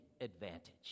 advantage